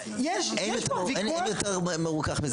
יש פה ויכוח --- אין יותר מרוכך מזה,